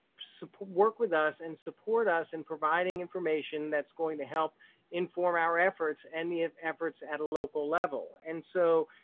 support work with us and support us in providing information that's going to help inform our efforts and the efforts at a local level and so